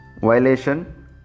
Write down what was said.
violation